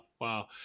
Wow